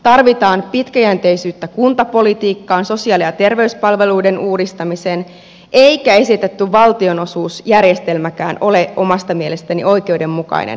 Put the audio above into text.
tarvitaan pitkäjänteisyyttä kuntapolitiikkaan ja sosiaali ja terveyspalveluiden uudistamiseen eikä esitetty valtionosuusjärjestelmäkään ole omasta mielestäni oikeudenmukainen